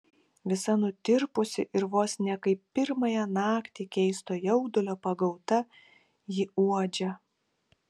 visa nutirpusi ir vos ne kaip pirmąją naktį keisto jaudulio pagauta ji uodžia